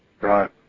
Right